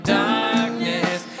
darkness